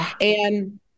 And-